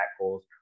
goals